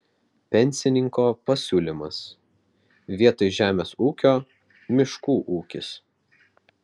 pensininko pasiūlymas vietoj žemės ūkio miškų ūkis